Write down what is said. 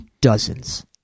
Dozens